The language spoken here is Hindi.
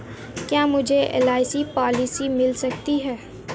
क्या मुझे एल.आई.सी पॉलिसी मिल सकती है?